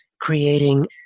creating